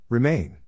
Remain